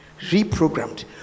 reprogrammed